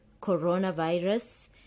coronavirus